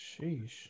Sheesh